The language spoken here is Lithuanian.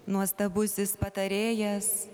nuostabusis patarėjas